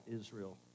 Israel